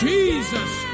Jesus